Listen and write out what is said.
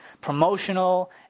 promotional